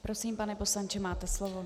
Prosím, pane poslanče, máte slovo.